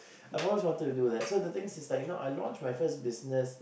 I've always wanted to do that so the things is like you know I launch my first business